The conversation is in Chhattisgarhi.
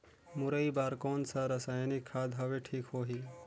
मुरई बार कोन सा रसायनिक खाद हवे ठीक होही?